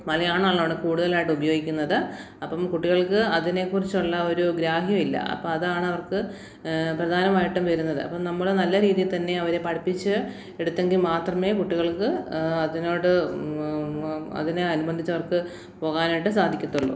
മലയാളമാണല്ലോ അവിടെ കൂടുതലായിട്ടുപയോഗിക്കുന്നത് അപ്പോള് കുട്ടികൾക്ക് അതിനെക്കുറിച്ചുള്ള ഒരു ഗ്രാഹ്യവുമില്ല അപ്പോഴതാണ് അവർക്ക് പ്രധാനമായിട്ടും വരുന്നത് അപ്പോള് നമ്മള് നല്ല രീതി തന്നെയവരെ പഠിപ്പിച്ച് എടുത്തെങ്കില് മാത്രമേ കുട്ടികൾക്ക് അതിനോട് അതിനെ അനുബന്ധിച്ചവർക്ക് പോകാനായിട്ട് സാധിക്കത്തുള്ളു